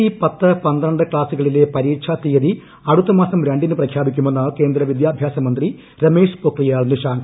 E പത്ത് പന്ത്രണ്ട് ക്ലാസുകളിലെ പരീക്ഷാ തീയതി അടുത്തമാസം രണ്ടിന് പ്രഖ്യാപിക്കുമെന്ന് കേന്ദ്ര വിദ്യാഭ്യാസ മന്ത്രി രമേഷ് പൊക്രിയാൽ നിഷാങ്ക്